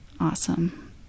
awesome